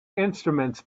instruments